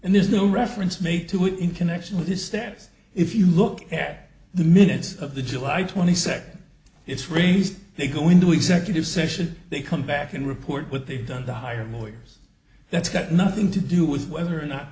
and there's no reference made to it in connection with this test if you look at the minutes of the july twenty second it's released they go into executive session they come back and report what they've done to hire lawyers that's got nothing to do with whether or not